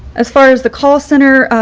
as far as the call center,